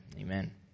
amen